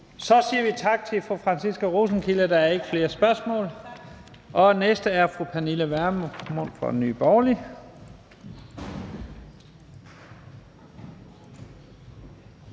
Så siger vi tak til fru Franciska Rosenkilde. Der er ikke flere spørgsmål. Og den næste er fru Pernille Vermund fra Nye Borgerlige.